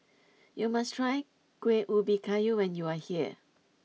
you must try Kuih Ubi Kayu when you are here